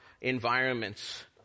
environments